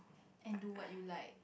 and do what you like